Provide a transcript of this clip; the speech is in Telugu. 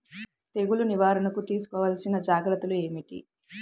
తెగులు నివారణకు తీసుకోవలసిన జాగ్రత్తలు ఏమిటీ?